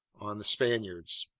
on the spaniards.